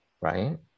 right